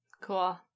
Cool